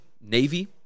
Navy